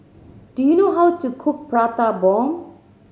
do you know how to cook Prata Bomb